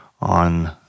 on